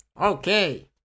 Okay